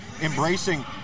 embracing